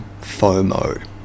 FOMO